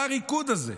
מה הריקוד הזה?